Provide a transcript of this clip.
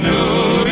New